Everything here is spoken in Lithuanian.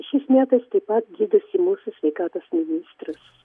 šiais metais taip pat gydosi mūsų sveikatos ministras